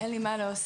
אין לי מה להוסיף.